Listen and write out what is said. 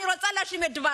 אני מסכימה איתך,